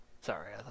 sorry